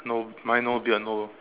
no mine no beard no